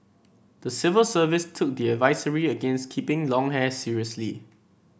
the civil service took the advisory against keeping long hair seriously